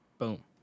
Boom